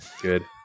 Good